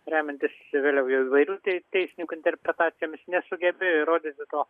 remiantis vėliau jau įvairių tei teisininkų interpretacijomis nesugebėjo įrodyti to